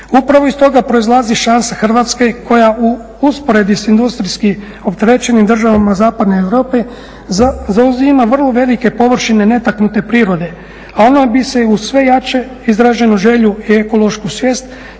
Upravo iz toga proizlazi šansa Hrvatske koja u usporedbi s industrijski opterećenim državama zapadne Europe zauzima vrlo velike površine netaknute prirode, a ono … uz sve jače izraženu želju i ekološku svijest